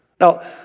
Now